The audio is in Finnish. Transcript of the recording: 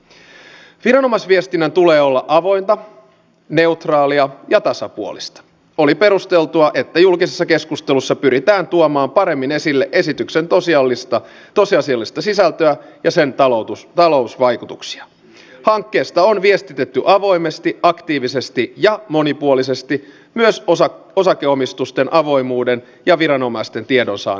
pidän erittäin tärkeänä sitä että kun nyt alkaa se vaihe että ruvetaan kuulemaan ja kuulustelemaan näitä ihmisiä ovatko he todella avun tarpeessa vai eivät niin nämä kuulemiset toteutettaisiin vastaanottokeskuksissa eikä näitä ihmisiä kuljetettaisi junalla tai bussilla helsinkiin kuulemisiin